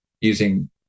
using